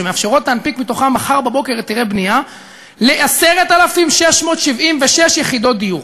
שמאפשרות להנפיק מתוכן מחר בבוקר היתרי בנייה ל-10,676 יחידות דיור.